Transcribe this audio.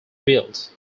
built